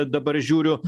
dabar žiūriu